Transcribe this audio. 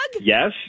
Yes